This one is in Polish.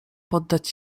poddać